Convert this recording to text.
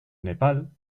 nepal